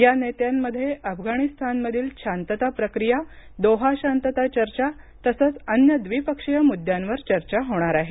या नेत्यांमध्ये अफगाणिस्तानमधील शांतता प्रक्रिया दोहा शांतता चर्चा तसंच अन्य द्विपक्षीय म्द्द्यांवर चर्चा होणार आहे